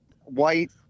white